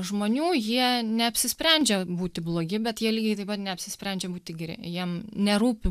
žmonių jie neapsisprendžia būti blogi bet jie lygiai taip pat neapsisprendžia būti geri jiem nerūpi